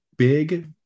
Big